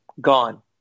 gone